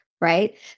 right